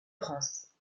france